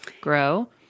grow